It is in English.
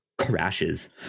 crashes